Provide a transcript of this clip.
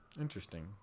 Interesting